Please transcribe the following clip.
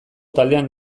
taldean